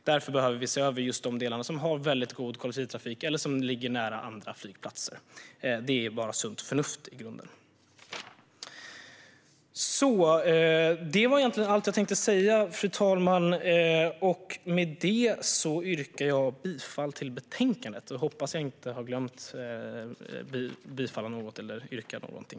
Därför behöver vi se över de delar som har väldigt god kollektivtrafik eller som ligger nära andra flygplatser. Det är i grunden bara sunt förnuft. Fru talman! Det var egentligen allt jag tänkte säga. Med det yrkar jag bifall till utskottets förslag i betänkandet. Jag hoppas att jag inte har glömt att yrka bifall till något eller yrka på någonting.